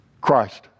Christ